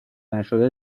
نشده